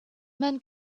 men